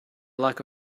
like